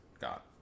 got